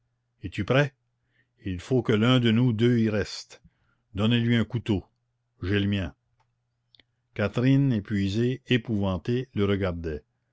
es-tu prêt il faut que l'un de nous deux y reste donnez-lui un couteau j'ai le mien catherine épuisée épouvantée le regardait